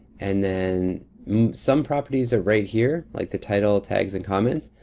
and then some properties are right here, like the title tags and comments.